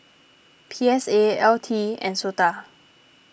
P S A L T and Sota